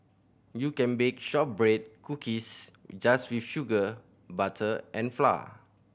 you can bake shortbread cookies just with sugar butter and flour